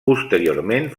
posteriorment